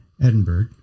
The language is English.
Edinburgh